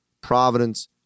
Providence